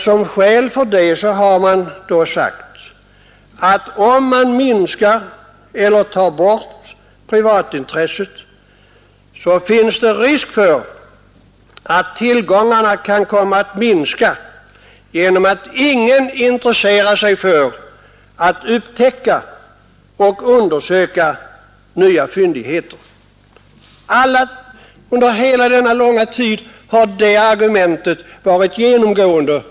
Som skäl för det har man anfört att om man minskar eller tar bort privatintresset, finns det risk för att tillgångarna kan komma att minska genom att ingen längre intresserar sig för att upptäcka och undersöka nya fyndigheter. Under hela denna långa tid har det argumentet varit genomgående.